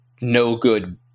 no-good